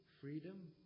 freedom